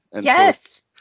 Yes